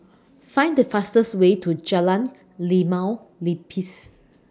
Find The fastest Way to Jalan Limau Nipis